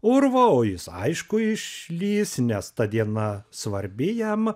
urvo o jis aišku išlįs nes ta diena svarbi jam